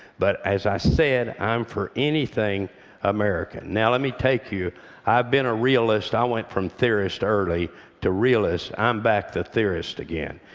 but as i said, i'm for anything american. now let me take you i've been a realist i went from theorist early to realist. i'm back to theorist again.